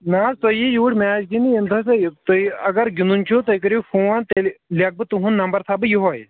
نہ حظ تُہۍ یی یوٗرۍ مَیچ گِنٛدنہِ ییٚمہِ دۄہ تُہۍ تُہۍ اگر گِنٛدُن چھُو تُہۍ کٔرِو فون تیٚلہِ لَیکھہٕ بہٕ تُہُنٛد نمبر تھاوٕ بہٕ یِہوے